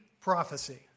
prophecy